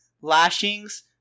lashings